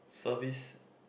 service